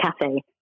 cafe